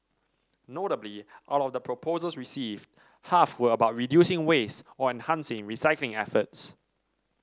notably out of the proposals received half were about reducing waste or enhancing recycling efforts